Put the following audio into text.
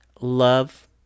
love